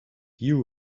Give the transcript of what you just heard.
you